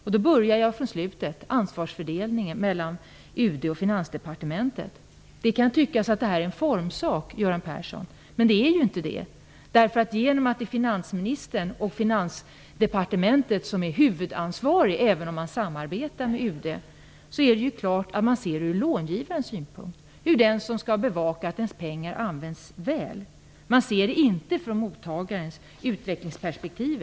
Jag börjar bakifrån med ansvarsfördelningen mellan UD och Finansdepartementet. Det kan tyckas vara en formsak, Göran Persson, men det är det inte. Eftersom finansministern och Finansdepartementet är huvudansvariga även om man samarbetar med UD, är det klart att man ser på det hela ur långivarens synpunkt - den som skall bevaka att ens pengar används väl. Man ser det inte från mottagarens utvecklingsperspektiv.